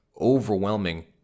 overwhelming